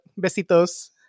besitos